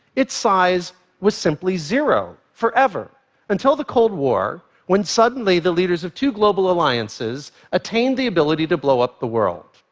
its size was simply zero forever until the cold war, when suddenly, the leaders of two global alliances attained the ability to blow up the world.